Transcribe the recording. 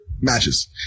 Matches